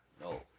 No